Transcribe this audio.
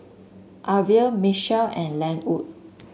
Arvel Mitchell and Lenwood